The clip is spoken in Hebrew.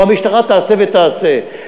או המשטרה תעשה ותעשה.